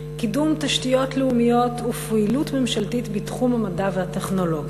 קידום תשתיות לאומיות ופעילות ממשלתית בתחום המדע והטכנולוגיה,